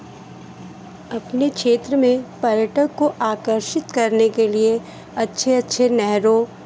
अपने क्षेत्र में पर्यटक को आकर्षित करने के लिए अच्छे अच्छे नहरों